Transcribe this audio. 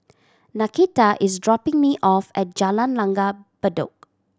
Nakita is dropping me off at Jalan Langgar Bedok